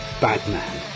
batman